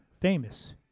famous